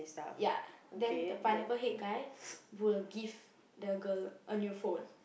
ya then the Pineapple Head guy will give the girl a new phone